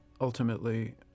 ultimately